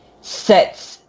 sets